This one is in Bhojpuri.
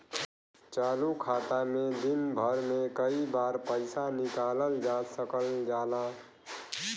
चालू खाता में दिन भर में कई बार पइसा निकालल जा सकल जाला